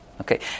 Okay